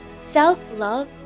Self-love